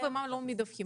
בבקשה.